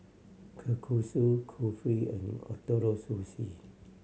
Kalguksu Kulfi and Ootoro Sushi